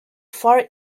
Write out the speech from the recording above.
far